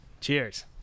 Cheers